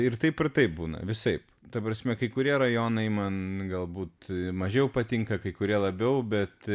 ir taip ir taip būna visaip ta prasme kai kurie rajonai man galbūt mažiau patinka kai kurie labiau bet